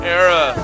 era